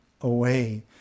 away